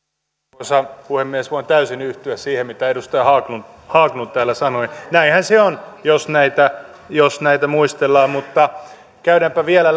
arvoisa puhemies voin täysin yhtyä siihen mitä edustaja haglund haglund täällä sanoi näinhän se on jos näitä jos näitä muistellaan mutta käydäänpä vielä